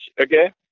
okay